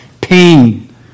pain